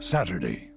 Saturday